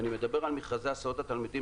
אני מדבר על מכרזי הסעות התלמידים